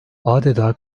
adeta